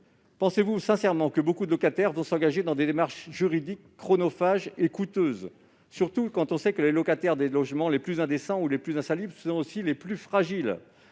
pensez-vous sincèrement que beaucoup de locataires engageront des démarches juridiques, chronophages et coûteuses, sachant en outre que les locataires des logements les plus indécents ou les plus insalubres sont aussi, on le sait,